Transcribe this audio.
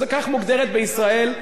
כך מוגדרת בישראל,